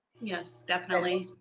yes definitely.